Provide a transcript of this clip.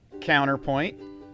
Counterpoint